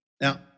Now